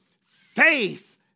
Faith